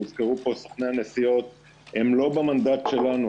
סוכני נסיעות - הם לא במנדט שלנו.